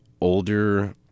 older